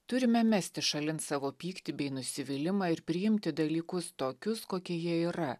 turime mesti šalin savo pyktį bei nusivylimą ir priimti dalykus tokius kokie jie yra